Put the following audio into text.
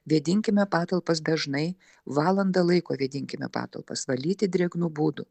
vėdinkime patalpas dažnai valandą laiko vėdinkime patalpas valyti drėgnu būdu